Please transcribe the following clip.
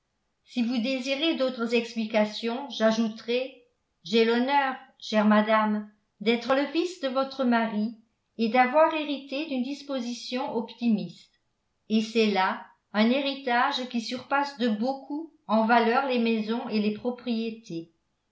si vous désirez d'autres explications j'ajouterai j'ai l'honneur chère madame d'être le fils de votre mari et d'avoir hérité d'une disposition optimiste et c'est là un héritage qui surpasse de beaucoup en valeur les maisons et les propriétés